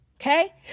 okay